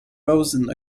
rosen